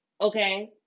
okay